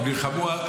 הם נלחמו.